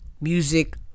music